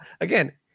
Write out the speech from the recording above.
again